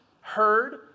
heard